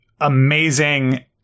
amazing